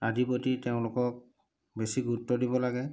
আদিবোৰ দি তেওঁলোকক বেছি গুৰুত্ব দিব লাগে